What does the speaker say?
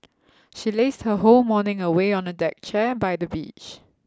she lazed her whole morning away on a deck chair by the beach